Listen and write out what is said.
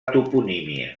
toponímia